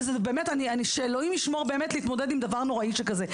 באמת, שאלוהים ישמור להתמודד עם דבר נוראי שכזה.